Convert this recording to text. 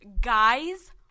guys